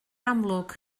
amlwg